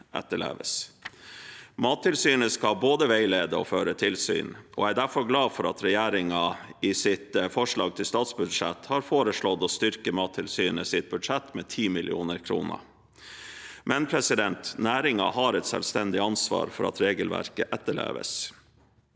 etterleves. Mattilsynet skal både veilede og føre tilsyn. Jeg er derfor glad for at regjeringen i sitt forslag til statsbudsjett har foreslått å styrke Mattilsynets budsjett med 10 mill. kr. Men næringen har et selvstendig ansvar for at regelverket etterleves.